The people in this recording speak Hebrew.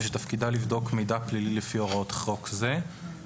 ושתפקידה לבדוק מידע פלילי לפי הוראות חוק זה.